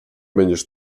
będziesz